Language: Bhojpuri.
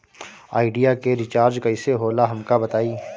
आइडिया के रिचार्ज कईसे होला हमका बताई?